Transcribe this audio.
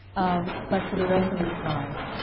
um but for the rest of his life,